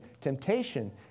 Temptation